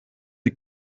die